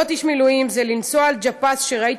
להיות איש מילואים זה לנסוע על ג'פס שראית